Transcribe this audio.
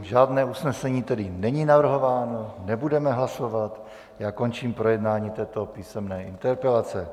Žádné usnesení tedy není navrhováno, nebudeme hlasovat, končím projednání této písemné interpelace.